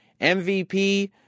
MVP